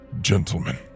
gentlemen